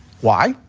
why?